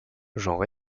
genre